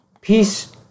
Peace